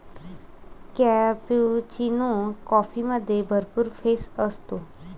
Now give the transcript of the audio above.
cappuccino कॉफीमध्ये भरपूर फेस असतो